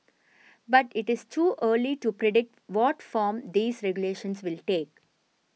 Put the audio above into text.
but it is too early to predict what form these regulations will take